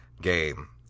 game